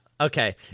Okay